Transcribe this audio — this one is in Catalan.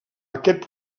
aquest